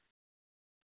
ஆமாம்ங்க நீங்கள்